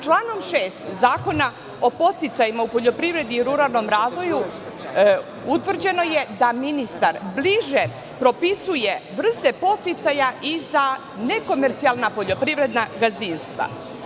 Članom 6. Zakona o podsticajima u poljoprivredi i ruralnom razvoju utvrđeno je da ministar bliže propisuje vrste podsticaja i za nekomercijalna poljoprivredna gazdinstva.